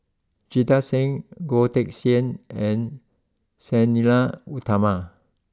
Jita Singh Goh Teck Sian and Sang Nila Utama